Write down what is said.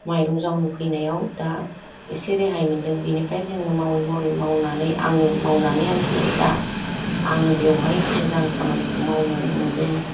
माइरं जावनो फैनायाव दा एसे रेहाय मोनदों बेनिफ्राय जोङो मावै मावै मावनानै आङो मावनानै आरोखि दा आङो बेवहाय मोजां खामानिखौ